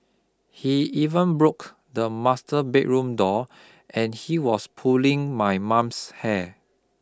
he even broke the master bedroom door and he was pulling my mum's hair